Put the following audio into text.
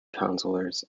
councillors